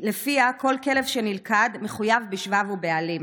שלפיה כל כלב שנלכד מחויב בשבב ובעלים.